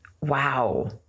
Wow